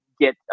get